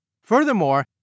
Furthermore